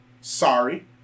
Sorry